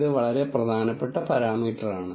ഇത് വളരെ പ്രധാനപ്പെട്ട പാരാമീറ്ററാണ്